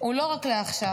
הוא לא רק לעכשיו,